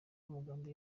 amagambo